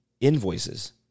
invoices